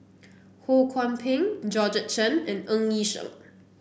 Ho Kwon Ping Georgette Chen and Ng Yi Sheng